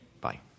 Bye